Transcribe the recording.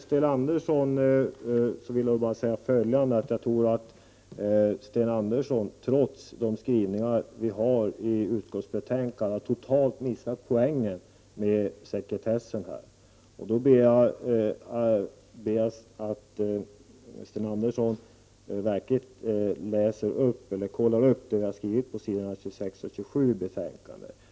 Sedan vill jag bara säga att jag tror att Sten Andersson i Malmö, trots de skrivningar vi har i utskottsbetänkandet, totalt har missat poängen med sekretessen här, och jag ber Sten Andersson att han kollar upp det vi har skrivit på s. 26 och 27 i betänkandet.